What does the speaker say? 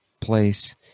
place